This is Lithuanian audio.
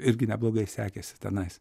irgi neblogai sekėsi tenais